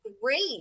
great